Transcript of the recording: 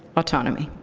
autonomy.